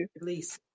release